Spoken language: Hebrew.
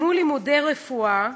בלימודי רפואה,